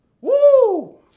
Woo